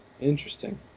Interesting